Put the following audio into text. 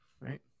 right